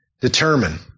determine